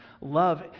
Love